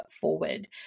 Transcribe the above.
forward